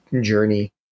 journey